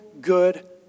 good